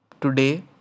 today